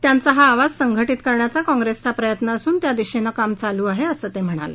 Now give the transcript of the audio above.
त्यांचा हा आवाज संघटित करण्याचा काँप्रेसचा प्रयत्न असून त्या दिशेनं काम चालू आहे असं ते म्हणाले